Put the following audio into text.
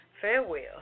farewell